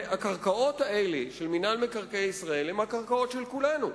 הקרקעות האלה של מינהל מקרקעי ישראל הן הקרקעות של כולנו.